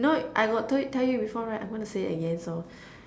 know I got told tell you before right I'm gonna say it again so